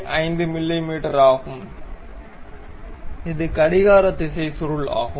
5 மிமீ ஆகும் இது கடிகார திசை சுருள் ஆகும்